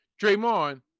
Draymond